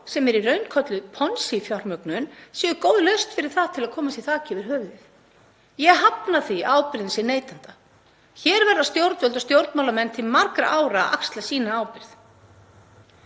sem eru í raun kölluð Ponzi-fjármögnun séu góð lausn fyrir það til að koma sér þaki yfir höfuðið? Ég hafna því að ábyrgðin sé neytanda. Hér verða stjórnvöld og stjórnmálamenn til margra ára að axla sína ábyrgð.